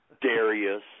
Darius